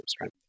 right